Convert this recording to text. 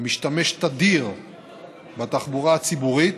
המשתמש תדיר בתחבורה הציבורית,